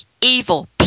evil